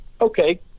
okay